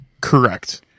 correct